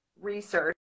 research